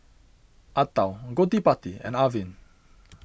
Atal Gottipati and Arvind